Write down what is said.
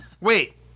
Wait